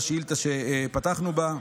על השאילתה שפתחנו בה.